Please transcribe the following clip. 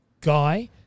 guy